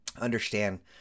understand